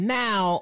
now